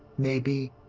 maybe.